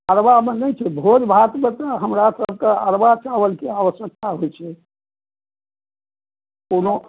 अरवा मे नहि छै भोज भात लय तऽ हमरा सब कऽ अरवा चावल के आवश्यकता होइ छै ताहिमे